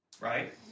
Right